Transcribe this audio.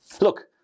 Look